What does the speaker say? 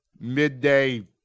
Midday